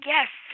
Yes